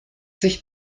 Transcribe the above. sich